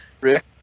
Rick